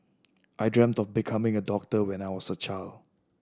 I dreamt of becoming a doctor when I was a child